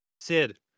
Sid